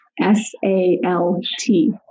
s-a-l-t